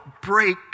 break